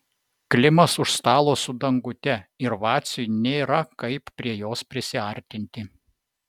klimas už stalo su dangute ir vaciui nėra kaip prie jos prisiartinti